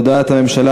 הודעת הממשלה